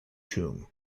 tomb